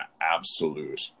absolute